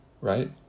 right